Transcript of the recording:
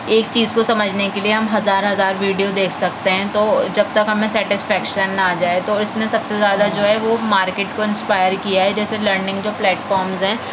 ایک چیز کو سمجھنے کے لئے ہم ہزار ہزار ویڈیو دیکھ سکتے ہیں تو جب تک ہمیں سیٹسفیکشن نہ آجائے تواس لئے سب سے زیادہ جو وہ مارکیٹ کو انسپائر کیا ہے جیسے لرننگ جو پلیٹ فارمز ہیں